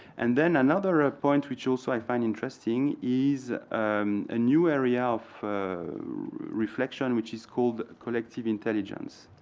and then another ah point which also i find interesting is a new area of reflection, which is called collective intelligence.